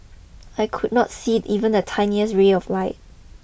I could not see even the tiniest rear of light